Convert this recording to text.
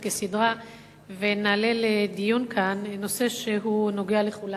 כסדרה ונעלה לדיון נושא שנוגע לכולנו.